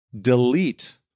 delete